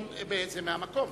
במועדו.